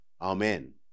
Amen